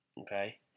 okay